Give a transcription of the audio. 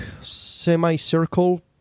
semicircle